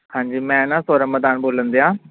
ਹਾਂਜੀ ਮੈਂ ਨਾ ਸੌਰਵ ਮੈਦਾਨ ਬੋਲਣ ਦਿਆਂ